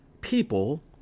people